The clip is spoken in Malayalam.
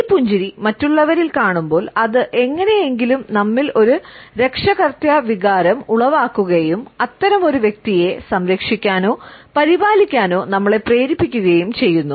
ഈ പുഞ്ചിരി മറ്റുള്ളവരിൽ കാണുമ്പോൾ അത് എങ്ങനെയെങ്കിലും നമ്മിൽ ഒരു രക്ഷാകർതൃ വികാരം ഉളവാക്കുകയും അത്തരമൊരു വ്യക്തിയെ സംരക്ഷിക്കാനോ പരിപാലിക്കാനോ നമ്മളെ പ്രേരിപ്പിക്കുകയും ചെയ്യുന്നു